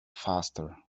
faster